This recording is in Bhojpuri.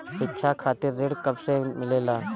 शिक्षा खातिर ऋण कब से मिलेला?